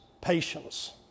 patience